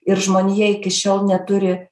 ir žmonija iki šiol neturi